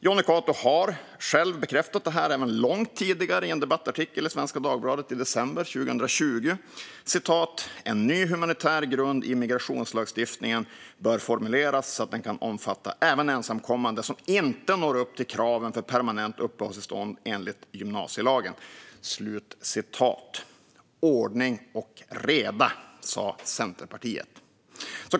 Jonny Cato har själv bekräftat detta även långt tidigare, i en debattartikel i Svenska Dagbladet i december 2020: "En ny, humanitär grund i migrationslagstiftningen bör formuleras så att den kan omfatta även ensamkommande som inte når upp till kraven för permanent uppehållstillstånd enligt gymnasielagen." Ordning och reda, sa Centerpartiet!